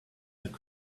their